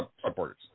supporters